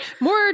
more